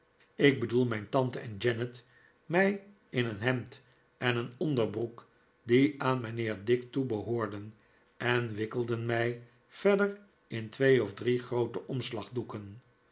ik bedoel mijn tante en janet mij in een hemd en een onderbroek die aan mijnheer dick toebehoorden en wikkelden mij verder in twee of drie groote omslagdoeken